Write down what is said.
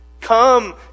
Come